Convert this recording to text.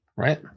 Right